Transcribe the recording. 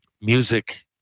music